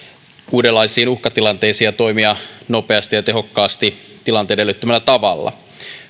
uudenlaisiin uhkatilanteisiin ja toimia nopeasti ja tehokkaasti tilanteiden edellyttämällä tavalla